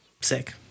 Sick